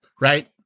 right